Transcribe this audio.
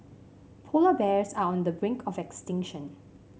polar bears are on the brink of extinction